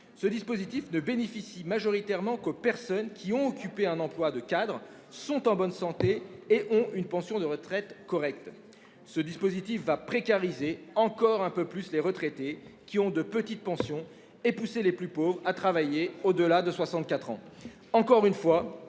emploi-retraite ne bénéficie majoritairement qu'aux personnes qui ont occupé un emploi de cadre, qui sont en bonne santé et qui ont une pension de retraite correcte. Ce qui est prévu ici va précariser encore un peu plus les retraités qui ont de petites pensions et pousser les plus pauvres à travailler au-delà de 64 ans. Encore une fois,